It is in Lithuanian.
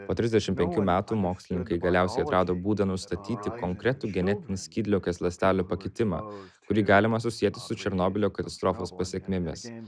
po trisdešimt penkių metų mokslininkai galiausiai atrado būdą nustatyti konkretų genetinį skydliaukės ląstelių pakitimą kurį galima susieti su černobylio katastrofos pasekmėmis